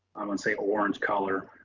i want say orange color,